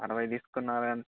అరవై తీసుకున్నారా